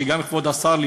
כבוד השר,